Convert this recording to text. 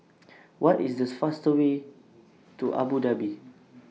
What IS The fastest Way to Abu Dhabi